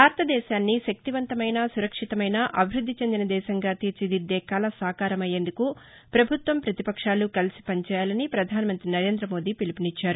భారతదేశాన్ని శక్తివంతమైన సురక్షితమైన అభివృద్ది చెందిన దేశంగా తీర్చిదిద్దే కల సాకారం అయ్యేందుకు పభుత్వం పతిపక్షాలు కలిసి పనిచేయాలని పధాన మంతి నరేంద మోదీ పిలుపునిచ్చారు